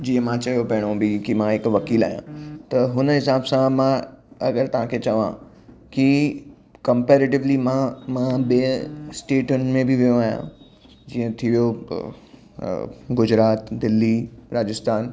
जीअं मां चयो पहिरियों बि की मां हिकु वकील आहियां त हुन हिसाब सां मां अगरि तव्हांखे चवां की कंपेरेटिवली मां मां ॿे स्टेटनि में बि वियो आहियां जीअं थी वियो गुजरात दिल्ली राजस्थान